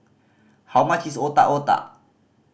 how much is Otak Otak